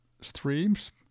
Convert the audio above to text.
streams